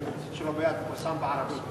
הוא פורסם בערבית.